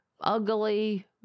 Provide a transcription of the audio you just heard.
ugly